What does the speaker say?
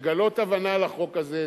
לגלות הבנה לחוק הזה.